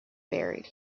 buried